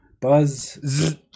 buzz